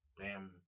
Bam